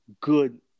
good